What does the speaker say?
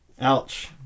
ouch